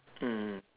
mm